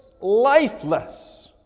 lifeless